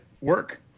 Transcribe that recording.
work